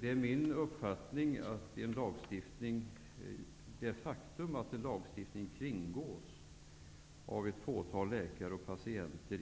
Det faktum att en lagstiftning kringgås av ett fåtal läkare och patienter,